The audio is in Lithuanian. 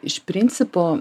iš principo